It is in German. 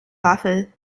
waffel